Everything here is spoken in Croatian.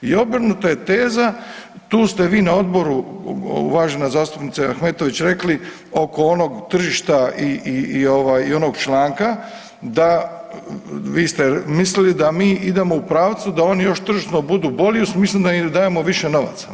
I obrnuta je teza tu ste vi na odboru uvažena zastupnice Ahmetović rekli oko onog tržišta i onog članka da vi ste mislili da mi idemo u pravcu da oni još tržišno budu bolji u smislu da im dajemo više novaca.